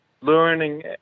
learning